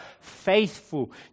faithful